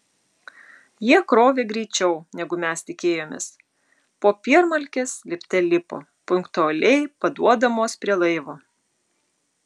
jie krovė greičiau negu mes tikėjomės popiermalkės lipte lipo punktualiai paduodamos prie laivo